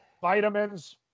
vitamins